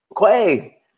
Quay